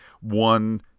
one